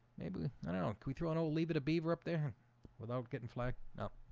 maybe no no we throw no leave it a beaver up there without getting flag. no